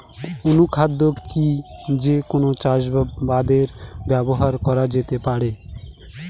অনুখাদ্য কি যে কোন চাষাবাদে ব্যবহার করা যেতে পারে?